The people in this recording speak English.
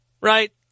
right